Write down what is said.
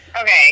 Okay